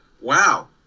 wow